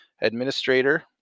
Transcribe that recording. administrator